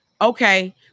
Okay